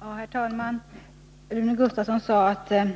Herr talman! Rune Gustavsson sade att det